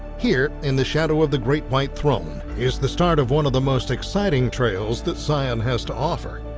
here in the shadow of the great white throne is the start of one of the most exciting trails that zion has to offer.